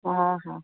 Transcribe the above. ହଁ ହଁ